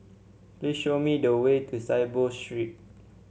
please show me the way to Saiboo Street